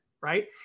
right